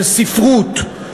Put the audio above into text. של ספרות,